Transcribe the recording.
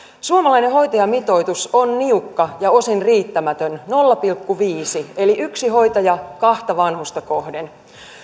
suomalainen hoitajamitoitus on niukka ja osin riittämätön nolla pilkku viisi eli yksi hoitaja kahta vanhusta kohden